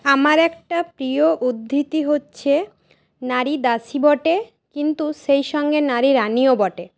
আমার একটা প্রিয় উদ্ধৃতি হচ্ছে নারী দাসী বটে কিন্তু সেই সঙ্গে নারী রানীও বটে